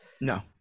No